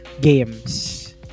games